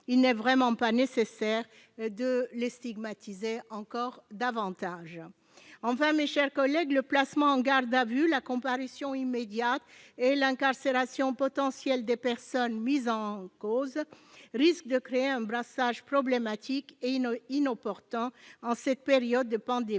Il n'est vraiment pas nécessaire de les stigmatiser encore davantage. Enfin, mes chers collègues, le placement en garde à vue, la comparution immédiate et l'incarcération potentielle des personnes mises en cause risquent de créer un brassage problématique et inopportun en cette période de pandémie.